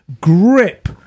grip